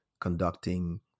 conducting